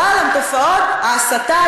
אבל תופעות ההסתה,